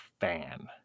fan